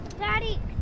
Daddy